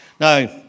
Now